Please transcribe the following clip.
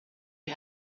you